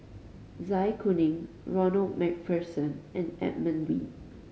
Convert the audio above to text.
Zai Kuning Ronald Macpherson and Edmund Wee